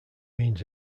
means